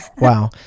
Wow